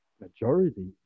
majority